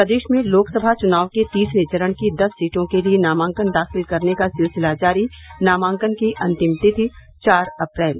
प्रदेश में लोकसभा चुनाव के तीसरे चरण की दस सीटों के लिए नामांकन दाखिल करने का सिलसिला जारी नामांकन की अंतिम तिथि चार अप्रैल